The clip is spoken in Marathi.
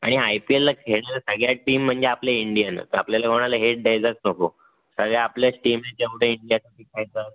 आणि आय पी एलला खेळलेल्या सगळ्या टीम म्हणजे आपल्या इंडियनच आपल्याला कोणाला हेट द्यायलाच नको सगळ्या आपल्याच टीम आहेत जेवढे इंडियातून खेळतात